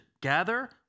gather